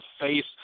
face